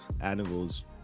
animals